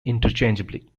interchangeably